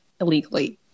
illegally